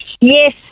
Yes